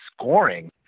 scoring